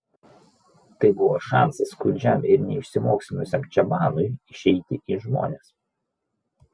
tai buvo šansas skurdžiam ir neišsimokslinusiam čabanui išeiti į žmones